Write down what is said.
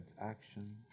action